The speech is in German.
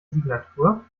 signatur